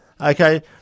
Okay